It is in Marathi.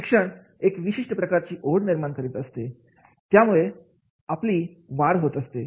शिक्षण एक विशिष्ट प्रकारची ओढ निर्माण करीत असते आहे ज्यामुळे आपली वाढ होत असते